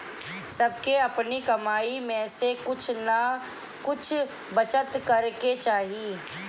सबके अपनी कमाई में से कुछ नअ कुछ बचत करे के चाही